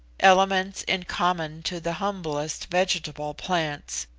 elements in common to the humblest vegetable plants,